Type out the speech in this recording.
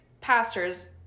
pastors